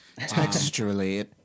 Texturally